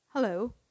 Hello